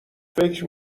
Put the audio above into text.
فکر